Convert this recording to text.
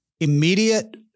immediate